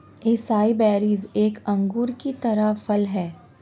acai berries एक अंगूर की तरह फल हैं